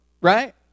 right